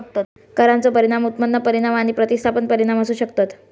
करांचो परिणाम उत्पन्न परिणाम आणि प्रतिस्थापन परिणाम असू शकतत